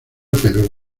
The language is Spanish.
pero